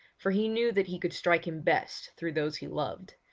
for he knew that he could strike him best through those he loved,